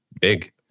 big